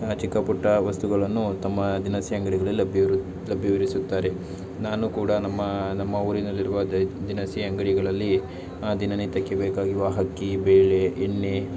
ಚಿಕ್ಕ ಪುಟ್ಟ ವಸ್ತುಗಳನ್ನು ತಮ್ಮ ದಿನಸಿ ಅಂಗಡಿಗಳಲ್ಲಿ ಲಭ್ಯವಿರು ಲಭ್ಯವಿರಿಸುತ್ತಾರೆ ನಾನು ಕೂಡ ನಮ್ಮ ನಮ್ಮ ಊರಿನಲ್ಲಿರುವ ದೇ ದಿನಸಿ ಅಂಗಡಿಗಳಲ್ಲಿ ದಿನನಿತ್ಯಕ್ಕೆ ಬೇಕಾಗಿರುವ ಅಕ್ಕಿ ಬೇಳೆ ಎಣ್ಣೆ